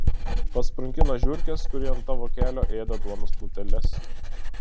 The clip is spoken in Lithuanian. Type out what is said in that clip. pasprunki nuo žiurkės kuri ant tavo kelio ėda duonos pluteles